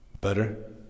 Better